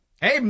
Hey